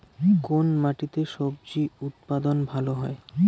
কোন মাটিতে স্বজি উৎপাদন ভালো হয়?